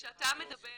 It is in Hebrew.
אבל כשאתה מדבר